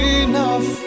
enough